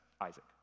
Isaac